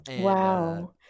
wow